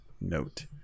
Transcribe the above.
note